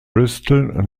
bristol